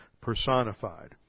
personified